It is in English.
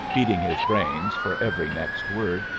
beating his brains for every next word,